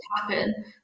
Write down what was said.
happen